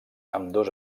ambdós